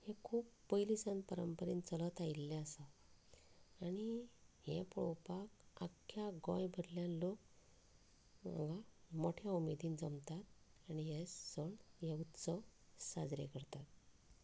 हें खूब पयलीं सावन परंपरेन चलत आयिल्लें आसा आनी हें पळोवपाक आख्ख्या गोंय भरल्यान लोक हांगा मोठ्या उमेदीन जमतात आनी हे सण हे उत्सव साजरे करतात